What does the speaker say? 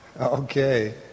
Okay